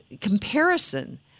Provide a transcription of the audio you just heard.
comparison